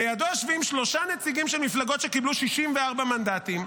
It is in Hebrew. לידו יושבים שלושה נציגים של מפלגות שקיבלו 64 מנדטים,